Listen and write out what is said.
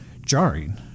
jarring